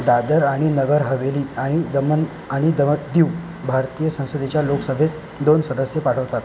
दादर आणि नगरहवेली आणि दमण आणि दम दीव भारतीय संसदेच्या लोकसभेत दोन सदस्य पाठवतात